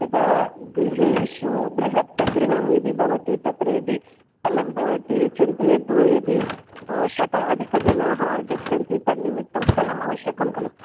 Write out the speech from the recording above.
यदा गृहेषु बृहत् गृहं यदि भवति तत्र यदि अलं भवति चेत् यत् यदि शत अधिकजनाः आगच्छन्ति तन्निमित्तं स्थलम् आवश्यकं खलु